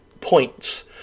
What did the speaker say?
points